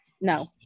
No